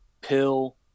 Pill